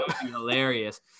hilarious